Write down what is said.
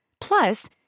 Plus